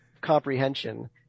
comprehension